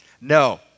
No